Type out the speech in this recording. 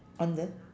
on the